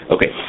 Okay